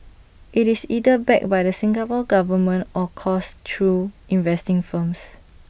IT is either backed by the Singapore Government or coursed through investing firms